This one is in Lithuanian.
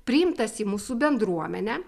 priimtas į mūsų bendruomenę